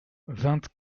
vingt